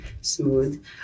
smooth